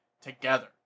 together